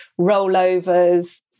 rollovers